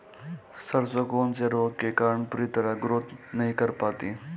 सरसों कौन से रोग के कारण पूरी तरह ग्रोथ नहीं कर पाती है?